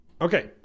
Okay